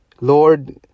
Lord